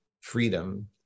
freedom